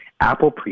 Apple